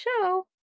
show